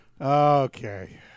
Okay